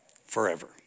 forever